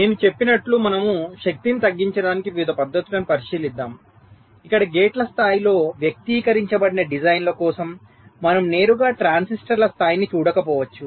నేను చెప్పినట్లు మనము శక్తిని తగ్గించడానికి వివిధ పద్ధతులను పరిశీలిద్దాం ఇక్కడ గేట్ల స్థాయిలో వ్యక్తీకరించబడిన డిజైన్ల కోసం మనము నేరుగా ట్రాన్సిస్టర్ల స్థాయిని చూడకపోవచ్చు